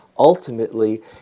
Ultimately